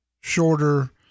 shorter